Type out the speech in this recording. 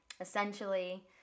Essentially